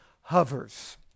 hovers